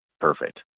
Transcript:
Perfect